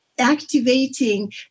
activating